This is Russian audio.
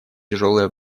тяжелое